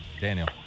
Daniel